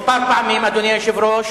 היו תולים אותך.